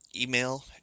email